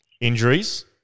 Injuries